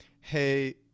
hey